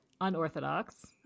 unorthodox